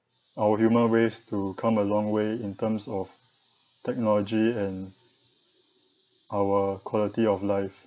our human race to come a long way in terms of technology and our quality of life